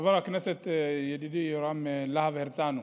חבר הכנסת ידידי יורם להב הרצנו,